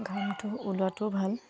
ঘামটো ওলোৱাটোও ভাল